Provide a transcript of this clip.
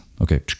Okay